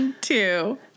two